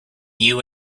you